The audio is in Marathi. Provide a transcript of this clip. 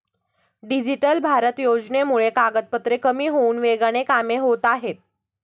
डिजिटल भारत योजनेमुळे कागदपत्रे कमी होऊन वेगाने कामे होत आहेत